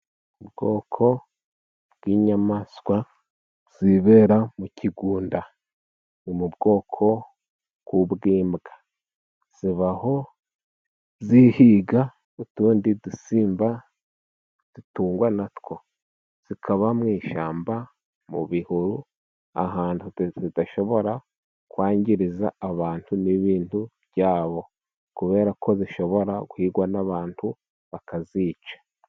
Ubwoko bw'inyamaswa zibera mu kigunda. Ni mu bwoko bw'Imbwa zibaho zihiga utundi dusimba dutungwa na two. Zikaba mu ishyamba mu bihuru, ahantu zidadashobora kwangiriza abantu n'ibintu bya bo. Kubera ko zishobora guhigwa n'abantu bakazica.